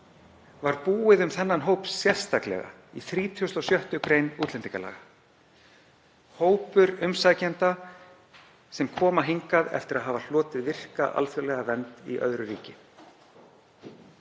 var búið um þennan hóp sérstaklega í 36. gr. útlendingalaga, hóp umsækjenda sem koma hingað eftir að hafa hlotið virka alþjóðlega vernd í öðru ríki.